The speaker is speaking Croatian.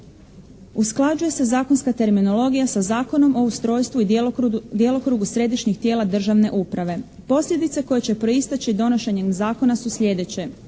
Usklađuje se zakonska terminologija sa Zakonom o ustrojstvu i djelokrugu središnjih tijela državne uprave. Posljedice koje će pristjeći donošenjem zakona su sljedeće.